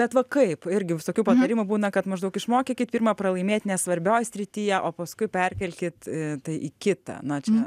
bet va kaip irgi visokių patarimų būna kad maždaug išmokykit pirma pralaimėt nesvarbioj srityje o paskui perkelkit tai į kitą na čia